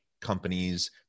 companies